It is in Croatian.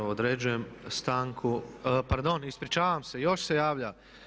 Određujem stanku, pardon, ispričavam se, još se javlja.